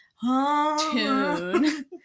tune